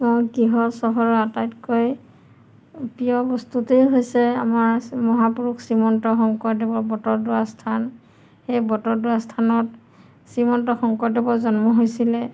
মোৰ গৃহ চহৰৰ আটাইতকৈ প্ৰিয় বস্তুটোৱেই হৈছে আমাৰ মহাপুৰুষ শ্ৰীমন্ত শংকৰদেৱৰ বটদ্ৰৱা স্থান সেই বটদ্ৰৱা স্থানত শ্ৰীমন্ত শংকৰদেৱৰ জন্ম হৈছিলে